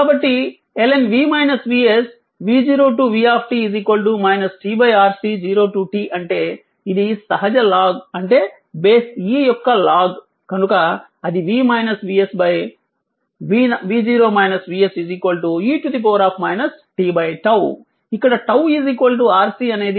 కాబట్టి ln v0v t RC t 0 అంటే ఇది సహజ లాగ్ అంటే బేస్ e యొక్క లాగ్ కనుక అది v VS v 0 VS e t 𝝉